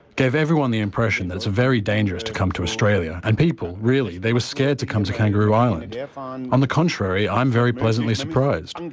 gave everyone the impression that it's very dangerous to come to australia, and people really they were scared to come to kangaroo island. and on on the contrary, i'm very pleasantly surprised. and